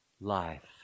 life